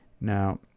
now